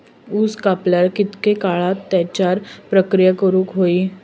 ऊस कापल्यार कितके काळात त्याच्यार प्रक्रिया करू होई?